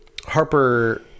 Harper